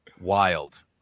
wild